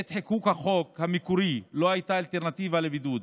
בעת חיקוק החוק המקורי לא הייתה אלטרנטיבה לבידוד,